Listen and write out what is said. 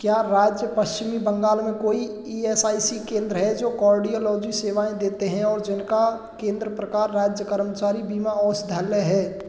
क्या राज्य पश्चिमी बंगाल में कोई ई एस आई सी केंद्र है जो कार्डियोलॉजी सेवाएँ देते हैं और जिनका केंद्र प्रकार राज्य कर्मचारी बीमा औषधालय है